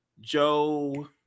Joe